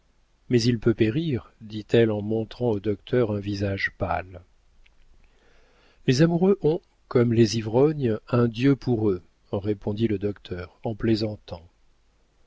mais il peut périr dit-elle en montrant au docteur un visage pâle les amoureux ont comme les ivrognes un dieu pour eux répondit le docteur en plaisantant